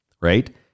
Right